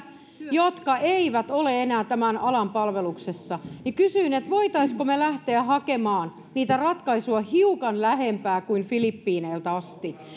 jotka eivät ole enää tämän alan palveluksessa niin voisimmeko me lähteä hakemaan niitä ratkaisuja hiukan lähempää kuin filippiineiltä asti